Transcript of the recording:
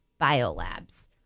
biolabs